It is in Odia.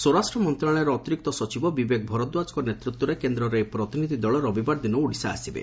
ସ୍ୱରାଷ୍ଟ୍ର ମନ୍ତଶାଳୟର ଅତିରିକ୍ତ ସଚିବ ବିବେକ ଭରଦ୍ୱାଜଙ୍କ ନେତୃତ୍ୱରେ କେନ୍ଦର ଏହି ପ୍ରତିନିଧି ଦଳ ରବିବାର ଦିନ ଓଡ଼ିଶା ଆସିବେ